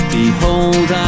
behold